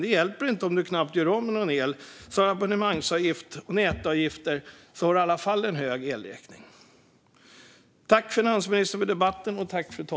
Det hjälper inte om man knappt gör av med någon el, för abonnemangsavgift och nätavgifter gör att man i alla fall har en hög elräkning.